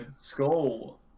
Skull